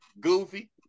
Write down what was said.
goofy